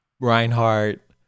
Reinhardt